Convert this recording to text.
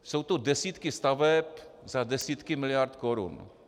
Jsou to desítky staveb za desítky miliard korun.